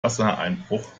wassereinbruch